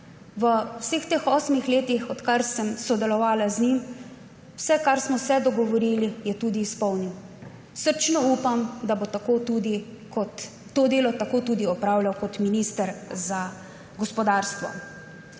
V vseh osmih letih, odkar sodelujem z njim, je vse, kar smo se dogovorili, tudi izpolnil. Srčno upam, da bo delo tako opravljal tudi kot minister za gospodarstvo.